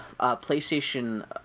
PlayStation